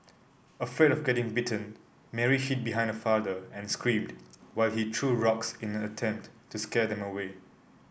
afraid of getting bitten Mary hid behind her father and screamed while he threw rocks in an attempt to scare them away